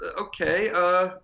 okay